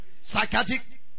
Psychiatric